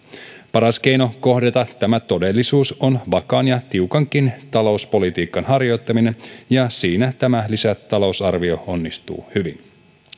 paras keino kohdata tämä todellisuus on vakaan ja tiukankin talouspolitiikan harjoittaminen ja siinä tämä lisätalousarvio onnistuu hyvin